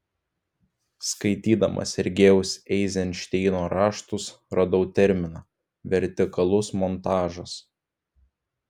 skaitydama sergejaus eizenšteino raštus radau terminą vertikalus montažas